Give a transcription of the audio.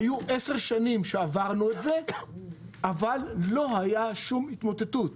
היו עשר שנים שבהן עברנו את זה אבל לא הייתה שום התמוטטות.